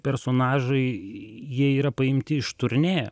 personažai jie yra paimti iš turnė